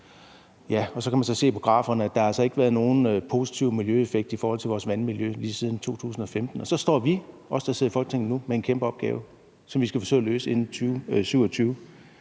– der kan man så se på graferne, at der altså ikke har været nogen positiv miljøeffekt i forhold til vores vandmiljø lige siden 2015. Og så står vi, der sidder i Folketinget, nu med en kæmpe opgave, som vi skal forsøge at løse inden 2027.